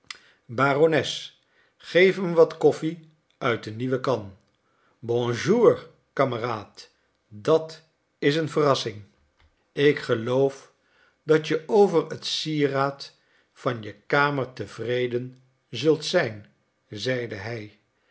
barones geef hem wat koffie uit de nieuwe kan bonjour kameraad dat is een verrassing ik geloof dat je over het sieraad van je kamer tevreden zult zijn zeide hij